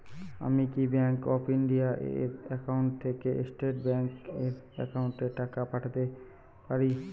আমি কি bank of India এর একাউন্ট থেকে স্টেট ব্যাংক এর একাউন্টে টাকা পাঠাতে পারি?